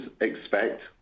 expect